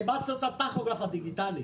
אימצנו את הטכוגרף הדיגיטלי.